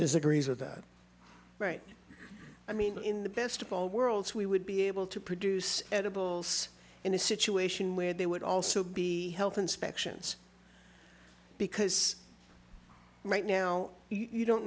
that right i mean in the best of all worlds we would be able to produce edibles in a situation where they would also be health inspections because right now you don't